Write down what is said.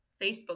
Facebook